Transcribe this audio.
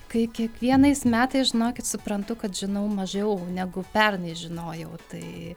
kai kiekvienais metais žinokit suprantu kad žinau mažiau negu pernai žinojau tai